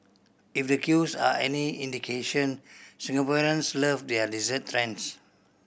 if the queues are any indication Singaporeans love their dessert trends